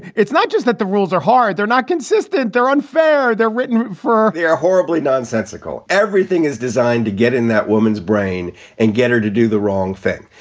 it's not just that the rules are hard. they're not consistent. they're unfair they're written for they are horribly nonsensical. everything is designed to get in that woman's brain and get her to do the wrong thing,